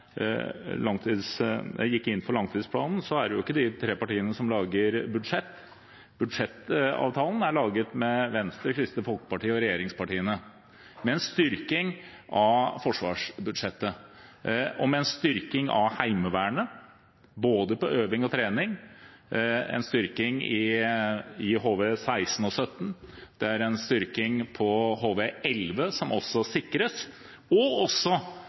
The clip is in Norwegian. som gikk inn for langtidsplanen, er det jo ikke de tre partiene som lager budsjett. Budsjettavtalen er laget med Venstre, Kristelig Folkeparti og regjeringspartiene, med en styrking av forsvarsbudsjettet og med en styrking av Heimevernet på både øving og trening. Det er en styrking i HV-16 og HV-17, det sikres en styrking i HV-11 og også